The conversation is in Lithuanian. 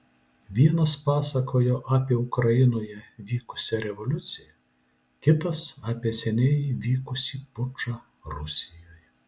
vienas pasakojo apie ukrainoje vykusią revoliuciją kitas apie seniai vykusį pučą rusijoje